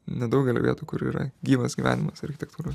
nedaugelio vietų kur yra gyvas gyvenimas architektūra